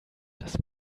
dass